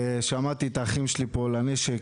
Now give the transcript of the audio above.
שמעתי את האחים שלי פה לנשק,